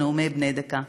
בנאומים בני דקה.